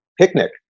picnic